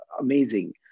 amazing